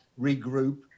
regroup